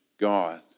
God